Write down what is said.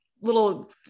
little